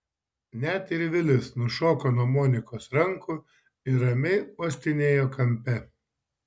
net ir vilis nušoko nuo monikos rankų ir ramiai uostinėjo kampe